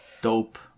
Dope